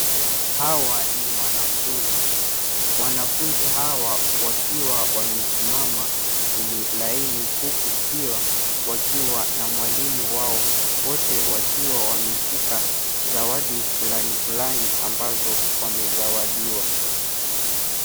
Hawa ni wanafunzi. Wanafunzi hawa wakiwa wamesimama kwenye laini huku pia wakiwa na mwalimu wao. Wote wakiwa wameshika zawadi fulani fulani ambazo wamezawadiwa.